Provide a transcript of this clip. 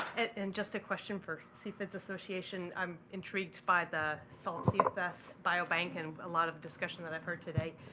and just a question for cfids association. i'm intrigued by the solvecfs biobank, and a lot of discussion that i've heard today.